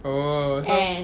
oh so